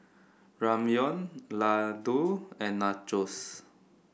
Ramyeon Ladoo and Nachos